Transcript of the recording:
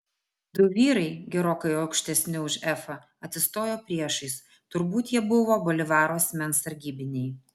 du vyrai gerokai aukštesni už efą atsistojo priešais turbūt jie buvo bolivaro asmens sargybiniai